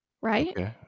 Right